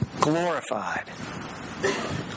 glorified